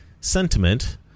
sentiment